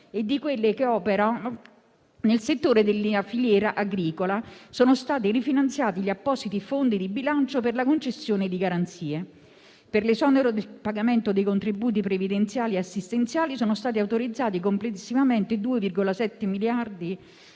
e di quelle che operano nel settore della filiera agricola sono stati rifinanziati gli appositi fondi di bilancio per la concessione di garanzie. Per l'esonero dal pagamento dei contributi previdenziali e assistenziali sono stati autorizzati complessivamente 2,7 miliardi